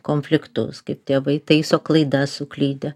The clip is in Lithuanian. konfliktus kaip tėvai taiso klaidas suklydę